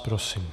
Prosím.